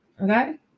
Okay